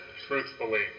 truthfully